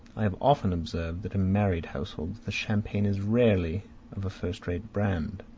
i have often observed that in married households the champagne is rarely of a first-rate brand.